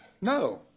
No